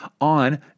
on